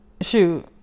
Shoot